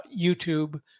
YouTube